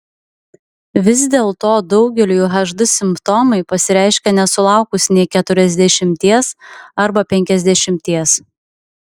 vis dėlto daugeliui hd simptomai pasireiškia nesulaukus nė keturiasdešimties arba penkiasdešimties